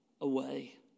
away